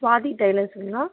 Swathi டைலர்ஸுங்களா